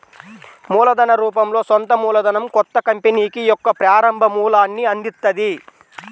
మూలధన రూపంలో సొంత మూలధనం కొత్త కంపెనీకి యొక్క ప్రారంభ మూలాన్ని అందిత్తది